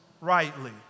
rightly